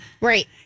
Right